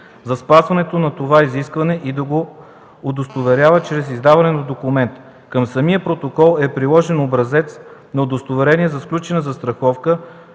за спазването на това изискване и да го удостоверяват чрез издаване на документ. Към самия протокол е приложен образец на удостоверение за сключена застраховка,